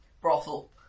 brothel